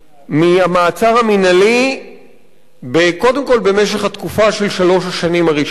מהמעצר המינהלי קודם כול במשך התקופה של שלוש השנים הראשונות.